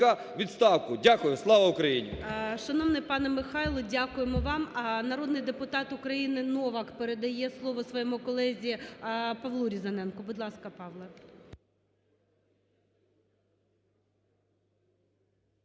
Дякую. Слава Україні!